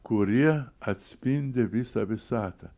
kurie atspindi visą visatą